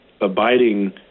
abiding